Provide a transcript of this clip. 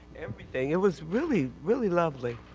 everything. it was really really lovely.